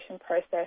process